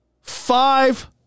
Five-